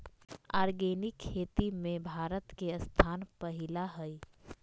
organic खेती में भारत के स्थान पहिला हइ